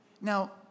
Now